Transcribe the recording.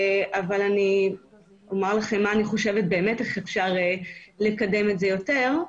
אבל אני אומר לכם איך אני באמת חושבת שאפשר לקדם את זה יותר.